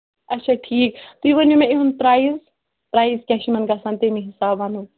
اچھا ٹھیٖک تُہۍ ؤنِو مےٚ اِہُنٛد پرٛایِز پرٛایز کیٛاہ چھِ یِمَن گژھان تمی حِساب وَنو